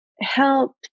help